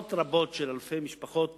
עשרות רבות של אלפי משפחות